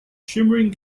shimmering